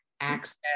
access